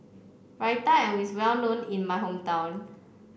Raita is well known in my hometown